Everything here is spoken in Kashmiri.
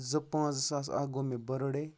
زٕ پانٛژھ زٕ ساس اَکھ گوٚو مےٚ بٔرٕڈے